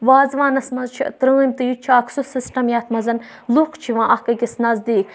وازوانَس منٛز چھِ ترٛٲمۍ تہٕ یہِ تہِ چھُ اَکھ سُہ سِسٹَم یَتھ منٛز لُکھ چھِ یِوان اَکھ أکِس نَزدیٖک